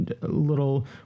little